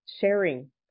sharing